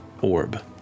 orb